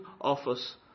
office